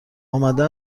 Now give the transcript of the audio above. آمده